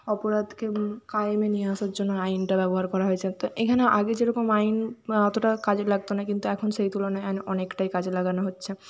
অপরাধকে কায়েমে নিয়ে আসার জন্য আইনটা ব্যবহার করা হয়েছে তো এখানে আগে যেরকম আইন অতটা কাজে লাগতো না কিন্তু এখন সেই তুলনায় আইন অনেকটাই কাজে লাগানো হচ্ছে